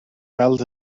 weld